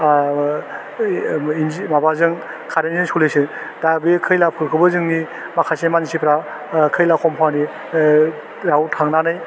आह ओइ माबाजों कारेन्टजों सलिसै दा बे खैलाफोरखौबो जोंनि माखासे मानसिफ्रा ओह खैला कम्पानि ओह आव थांनानै